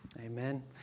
Amen